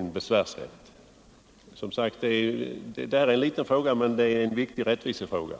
han besvärsrätt. Detta är en liten fråga, men det är en viktig rättvisefråga.